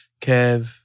Kev